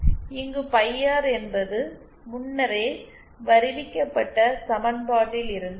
இங்கு pi R என்பது முன்னரே வருவிக்கப்பட்ட சமன்பாட்டில் இருந்து வரும்